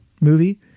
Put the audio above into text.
movie